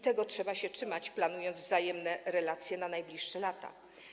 Tego trzeba się trzymać, planując wzajemne relacje na najbliższe lata.